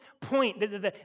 point